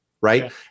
Right